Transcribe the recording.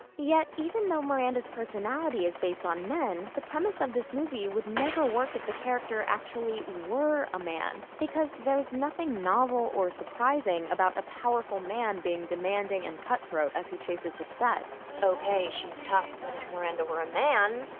yet, even though miranda's personality is based on men, the premise of this movie would never work if the character actually were a man because there's nothing novel or surprising about a powerful man being demanding and cut-throat as he chases success. okay, she's tough, but if miranda were a man,